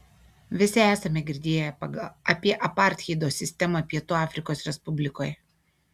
visi esame girdėję apie apartheido sistemą pietų afrikos respublikoje